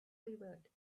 quivered